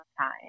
time